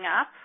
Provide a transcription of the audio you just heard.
up